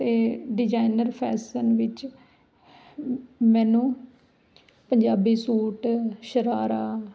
ਅਤੇ designer fashion ਵਿੱਚ ਮੈਨੂੰ ਪੰਜਾਬੀ ਸੂਟ ਸ਼ਰਾਰਾ